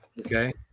okay